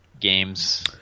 games